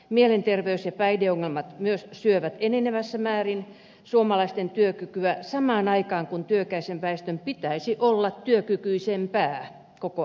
mielenterveys ja päihdeongelmat myös syövät enenevässä määrin suomalaisten työkykyä samaan aikaan kun työikäisen väestön pitäisi olla työkykyisempää koko ajan